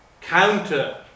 counter